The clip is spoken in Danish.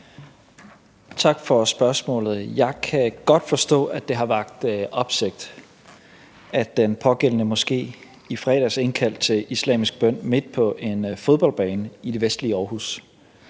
Tak for spørgsmålet. Jeg kan godt forstå, at det har vakt opsigt, at den pågældende moské i fredags indkaldte til islamisk bøn midt på en fodboldbane i det vestlige Aarhus.